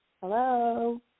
Hello